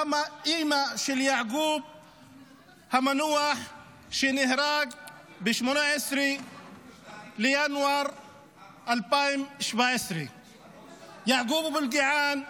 אימא של יעקב המנוח שנהרג ב-18 בינואר 2017. יעקוב אבו אלקיעאן,